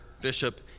bishop